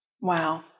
Wow